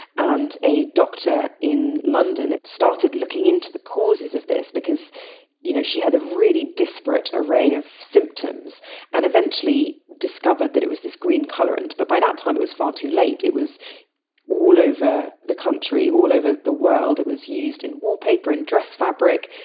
and a doctor in london started looking into the causes of this because you know she had a really disparate array of symptoms and eventually discovered that it was this green colorant. but by that time it was far too late. it was all over the country, all over the world. it was used in wallpaper and dress fabric,